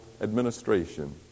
administration